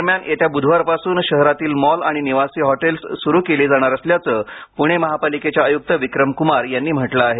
दरम्यान येत्या बुधवार पासून शहरातील मॉल आणि निवासी हॉटेल सुरू केली जाणार असल्याचं पुणे महापालिकेचे आयुक्त विक्रम कुमार यांनी म्हटलं आहे